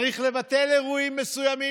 צריך לבטל אירועים מסוימים,